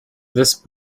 this